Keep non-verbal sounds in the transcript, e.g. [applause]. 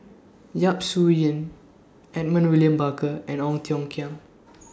Yap Su Yin Edmund William Barker and Ong Tiong Khiam [noise]